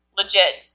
legit